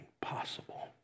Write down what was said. possible